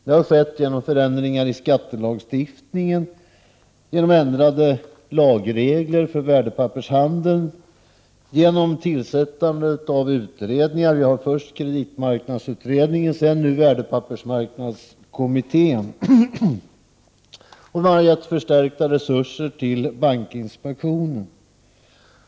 Det har skett genom förändringar i skattelagstiftningen, genom ändrade lagregler för värdepappershandel, genom tillsättande av utredningar — först kreditmarknadsutredningen, sedan värdepappersmarknadskommittén — och vi har gett förstärkta resurser till bankinspektionen.